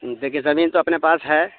دیکھیے زمین تو اپنے پاس ہے